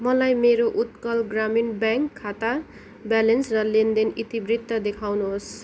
मलाई मेरो उत्कल ग्रामीण ब्याङ्क खाता ब्यालेन्स र लेनदेन इतिवृत्त देखाउनुहोस्